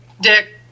Dick